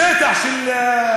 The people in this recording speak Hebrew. השטח של,